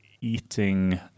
eating